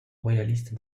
royaliste